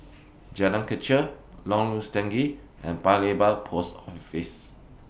Jalan Kechil Lorong Stangee and Paya Lebar Post Office